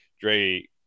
Dre